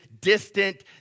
distant